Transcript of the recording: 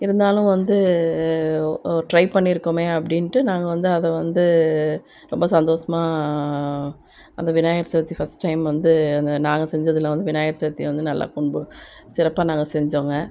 இருந்தாலும் வந்து ட்ரை பண்ணிருக்கோம் அப்படின்ட்டு நாங்கள் வந்து அதை வந்து ரொம்ப சந்தோஷமா அந்த விநாயகர் சதுர்த்தி ஃபஸ்ட் டைம் வந்து அந்த நாங்கள் செஞ்சதில் வந்து விநாயகர் சதுர்த்தியை வந்து நல்லா சிறப்பாக நாங்கள் செஞ்சோங்க